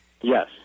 Yes